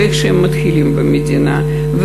ואיך שהם מתחילים במדינה,